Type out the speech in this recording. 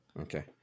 Okay